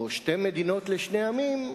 או שתי מדינות לשני עמים,